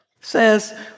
says